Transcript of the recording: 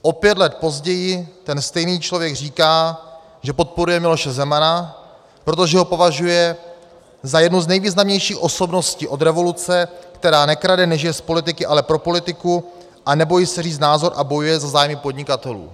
O pět let později ten stejný člověk říká, že podporuje Miloše Zemana, protože ho považuje za jednu z nejvýznamnějších osobností od revoluce, která nekrade, nežije z politiky, ale pro politiku a nebojí se říct názor a bojuje za zájmy podnikatelů.